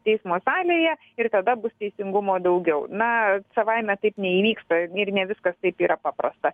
teismo salėje ir tada bus teisingumo daugiau na savaime taip neįvyksta ir ne viskas taip yra paprasta